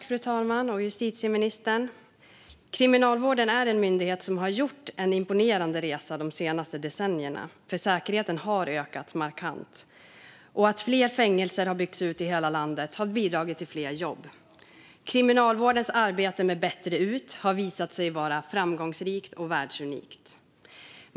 Fru talman! Kriminalvården är en myndighet som har gjort en imponerande resa de senaste decennierna. Säkerheten har ökat markant, och att fler fängelser har byggts ut i hela landet har bidragit till fler jobb. Kriminalvårdens arbete med Bättre ut har visat sig vara framgångsrikt och världsunikt.